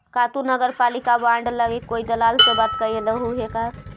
का तु नगरपालिका बॉन्ड लागी कोई दलाल से बात कयलहुं हे का?